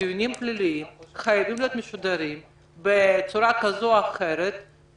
שדיונים פליליים חייבים להיות משודרים בצורה כזו או אחרת,